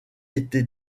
été